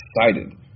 excited